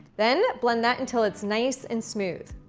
then blend that until it's nice and smooth.